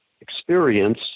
experience